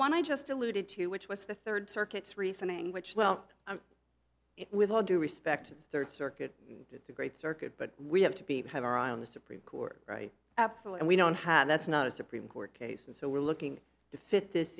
one i just eluded to which was the third circuit's reasoning which well with all due respect to the third circuit it's a great circuit but we have to be have our eye on the supreme court right absolutely we don't have that's not a supreme court case and so we're looking to fit this